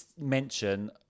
mention